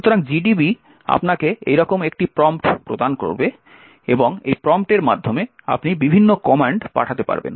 সুতরাং gdb আপনাকে এইরকম একটি প্রম্পট প্রদান করবে এবং এই প্রম্পটের মাধ্যমে আপনি বিভিন্ন কমান্ড পাঠাতে পারবেন